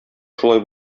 шулай